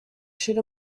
shoot